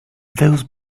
those